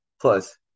plus